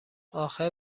آخه